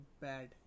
Bad